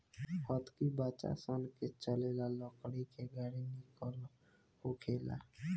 हतकी बच्चा सन के चले ला लकड़ी के गाड़ी निक होखेला